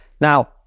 Now